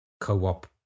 co-op